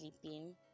sleeping